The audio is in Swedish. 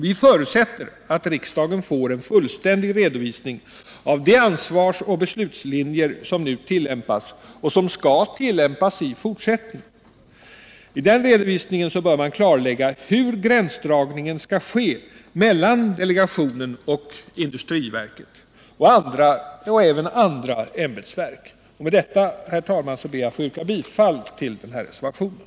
Vi förutsätter att riksdagen får en fullständig redovisning av de ansvarsoch beslutslinjer som nu tillämpas och som skall tillämpas i fortsättningen. I denna redovisning bör man klarlägga hur gränsdragningen skall ske mellan delegationen och industriverket och även andra ämbetsverk. Med detta, herr talman, ber jag att få yrka bifall till reservationen.